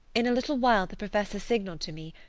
in a little while the professor signalled to me,